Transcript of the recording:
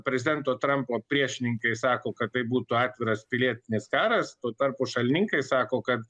prezidento trampo priešininkai sako kad tai būtų atviras pilietinis karas tuo tarpu šalininkai sako kad